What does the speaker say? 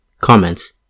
Comments